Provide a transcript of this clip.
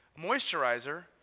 Moisturizer